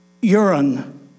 urine